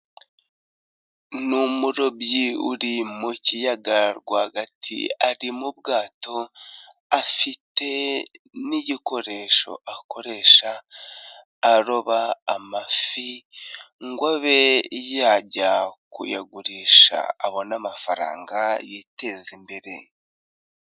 Ni umurobyi uri mu kiyaga rwagati ari mu bwato afite n'igikoresho akoresha aroba amafi, ngo abe yajya kuyagurisha abona amafaranga yiteza imbere.